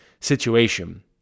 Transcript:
situation